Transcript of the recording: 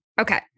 Okay